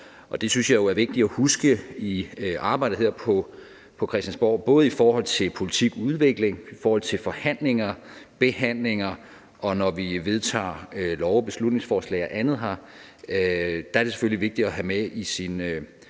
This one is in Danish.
det synes jeg jo er vigtigt at huske i arbejdet her på Christiansborg. Både i forhold til politikudvikling, i forhold til forhandlinger, behandlinger og når vi vedtager love, beslutningsforslag og andet her, er det selvfølgelig vigtigt at have med i sit